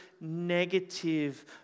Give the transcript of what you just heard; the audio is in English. negative